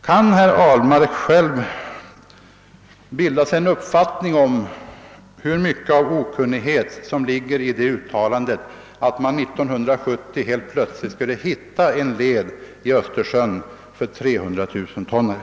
Jag undrar om herr Ahlmark själv kan bilda sig en uppfattning om hur mycket av okunnighet som ligger i detta uttalande, att man 1970 helt plötsligt skulle hitta en led i Östersjön för 300 000-tonnare.